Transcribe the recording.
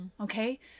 Okay